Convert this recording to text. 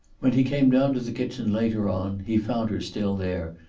when he came down to the kitchen later on he found her still there,